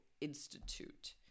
Institute